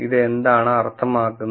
ഇത് എന്താണ് അർത്ഥമാക്കുന്നത്